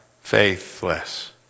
faithless